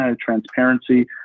transparency